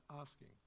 asking